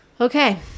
Okay